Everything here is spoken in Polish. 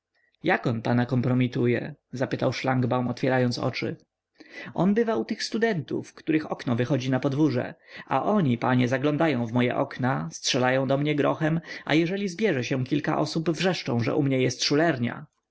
on pana kompromituje zapytał szlangbaum otwierając oczy on bywa u tych studentów których okno wychodzi na podwórze a oni panie zaglądają w moje okna strzelają do mnie grochem a jeżeli zbierze się kilka osób wrzeszczą że u mnie jest szulernia